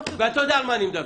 ואתה יודע על מה אני מדבר.